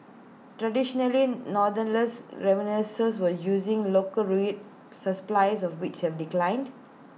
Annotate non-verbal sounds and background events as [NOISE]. traditionally northeastern refineries were using local read [UNINTELLIGIBLE] of which have declined